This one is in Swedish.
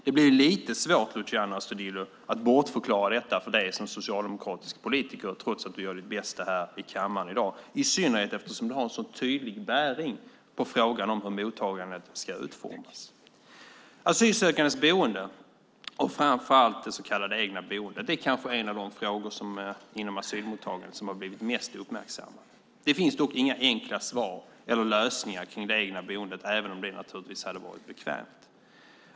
Det blir lite svårt, Luciano Astudillo, att bortförklara detta för dig som socialdemokratisk politiker trots att du gör ditt bästa här i kammaren i dag, i synnerhet som du har en så tydlig bäring på frågan om hur mottagandet ska utformas. Asylsökandes boende, framför allt det så kallade egna boendet, är kanske en av de frågor inom asylmottagandet som har blivit mest uppmärksammad. Det finns dock inga enkla lösningar kring det egna boendet även om det naturligtvis hade varit bekvämt.